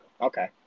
Okay